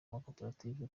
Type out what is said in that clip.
makoperative